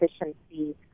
efficiency